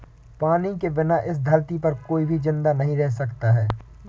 पानी के बिना इस धरती पर कोई भी जिंदा नहीं रह सकता है